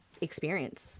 experience